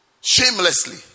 Shamelessly